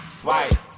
swipe